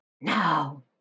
now